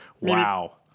wow